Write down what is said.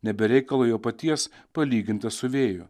ne be reikalo jo paties palyginta su vėju